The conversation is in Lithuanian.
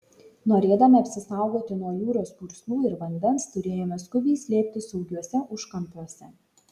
norėdami apsisaugoti nuo jūros purslų ir vandens turėjome skubiai slėptis saugiuose užkampiuose